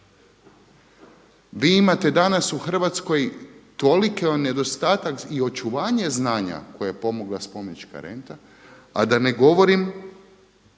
Vi imate danas u Hrvatskoj toliki nedostatak i očuvanje znanja koje je pomogla spomenička renta a da ne govorim